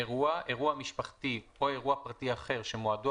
"אירוע" אירוע משפחתי או אירוע פרטי אחר שמועדו